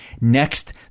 Next